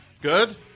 Good